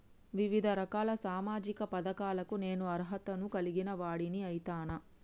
వివిధ రకాల సామాజిక పథకాలకు నేను అర్హత ను కలిగిన వాడిని అయితనా?